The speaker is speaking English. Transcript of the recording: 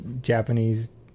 Japanese